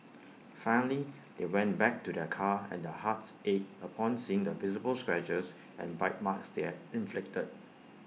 finally they went back to their car and their hearts ached upon seeing the visible scratches and bite marks their inflicted